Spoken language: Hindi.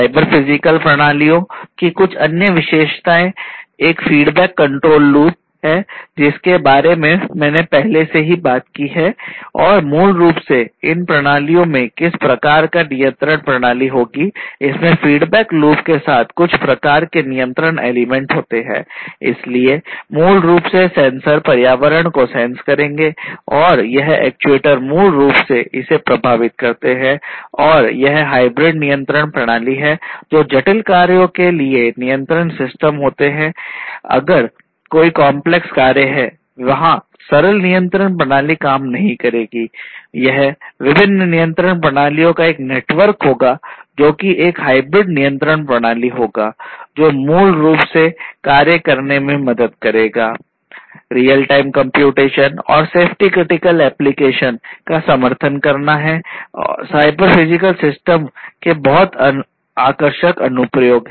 साइबर फिजिकल प्रणालियों की कुछ अन्य विशेषताएं एक फीडबैक कंट्रोल लूप का समर्थन करना है साइबर फिजिकल सिस्टम के बहुत आकर्षक अनुप्रयोग है